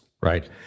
right